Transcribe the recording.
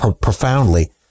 profoundly